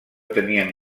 tenien